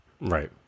Right